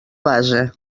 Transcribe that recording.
base